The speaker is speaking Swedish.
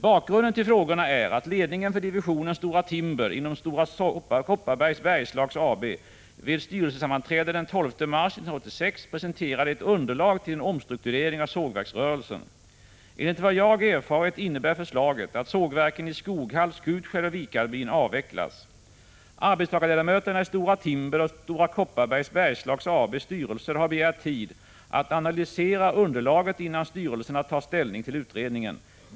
Bakgrunden till frågorna är att ledningen för divisionen Stora Timber inom Stora Kopparbergs Bergslags AB vid styrelsesammanträde den 12 mars 1986 presenterade ett underlag till en omstrukturering av sågverksrörelsen. Enligt vad jag erfarit innebär förslaget att sågverken i Skoghall, Skutskär och Vikarbyn avvecklas. Arbetstagarledamöterna i Stora Timber och Stora Kopparbergs Bergslags AB:s styrelser har begärt tid att analysera underlaget innan styrelserna tar ställning till utredningen.